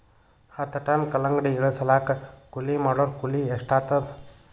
ಹತ್ತ ಟನ್ ಕಲ್ಲಂಗಡಿ ಇಳಿಸಲಾಕ ಕೂಲಿ ಮಾಡೊರ ಕೂಲಿ ಎಷ್ಟಾತಾದ?